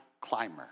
climber